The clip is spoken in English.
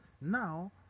Now